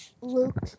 Luke